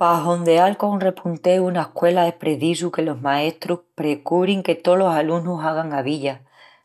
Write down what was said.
Pa hondeal col repunteu ena escuela es precisu que los maestrus precurin que tolos alunus hagan gavilla,